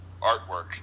artwork